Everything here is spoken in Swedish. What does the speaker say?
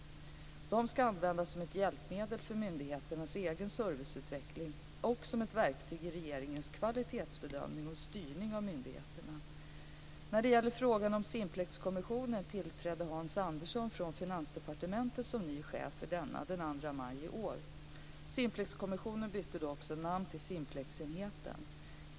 Kriterierna ska användas som ett hjälpmedel för myndigheternas egen serviceutveckling och som ett verktyg i regeringens kvalitetsbedömning och styrning av myndigheterna. När det gäller frågan om Simplexkommissionen vill jag peka på att Hans Andersson från Finansdepartementet tillträdde som ny chef för denna den 2 maj 2000. Simplexkommissionen bytte då också namn till Simplexenheten.